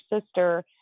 sister